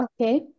Okay